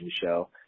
show